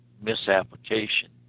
misapplication